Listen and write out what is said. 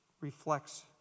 reflects